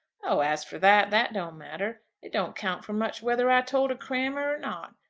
oh, as for that, that don't matter. it don't count for much whether i told a crammer or not.